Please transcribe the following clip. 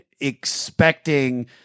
expecting